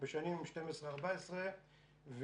בשנים 2012 עד 2014,